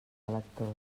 electors